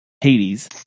Hades